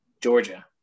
Georgia